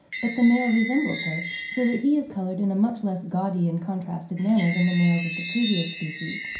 but the male resembles her, so that he is coloured in a much less gaudy and contrasted manner than the males of the previous species.